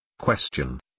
Question